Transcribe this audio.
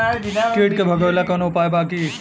कीट के भगावेला कवनो उपाय बा की?